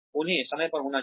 उन्हें समय पर होना चाहिए